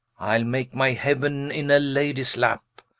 ile make my heauen in a ladies lappe,